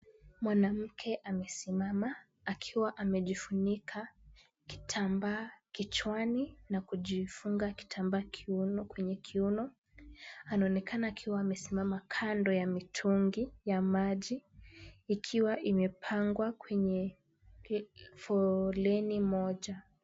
Mwanamke amesimama akiwa amejifunika kitambaa kichwani na kujifunga kitambaa kwenye kiuno. Anaonekana akiwa amesimama kando ya mitungi ya maji ikiwa imepangwa kwenye foleni moja.